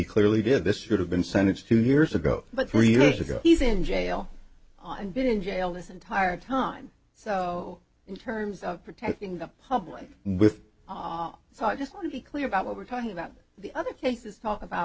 clearly did this should have been sentenced two years ago but three years ago he's in jail on been in jail this entire time so in terms of protecting the public with so i just want to be clear about what we're talking about the other cases talk about